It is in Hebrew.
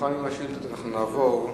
הלאומיות ביום ג' באדר התש"ע (17 בפברואר 2010):